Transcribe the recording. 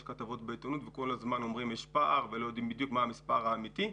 כתבות בעיתונות וכל הזמן אומרים שיש פער ולא יודעים בדיוק מה המספר האמיתי.